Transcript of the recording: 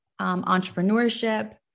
entrepreneurship